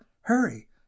Hurry